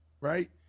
right